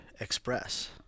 express